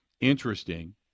interesting